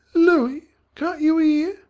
looey! can't you ear?